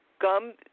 gum